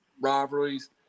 rivalries